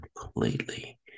completely